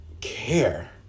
care